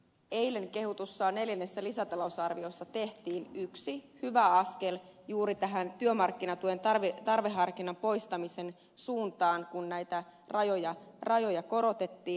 eilen kehutussa neljännessä lisätalousarviossa otettiin yksi hyvä askel juuri tähän työmarkkinatuen tarveharkinnan poistamisen suuntaan kun näitä rajoja korotettiin